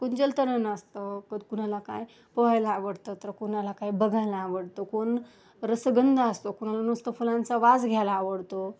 कोण जलतरण असतं कुणाला काय पोहायला आवडतं तर कुणाला काय बघायला आवडतं कोण रसगंंध असतो कोणाला नुसतं फुलांचा वास घ्यायला आवडतो